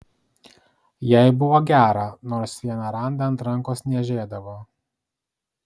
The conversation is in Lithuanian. jai buvo gera nors vieną randą ant rankos niežėdavo